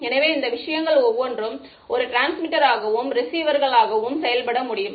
எனவே இந்த விஷயங்கள் ஒவ்வொன்றும் ஒரு டிரான்ஸ்மிட்டராகவும் ரிசீவ்ர்கலாகவும் செயல்பட முடியும்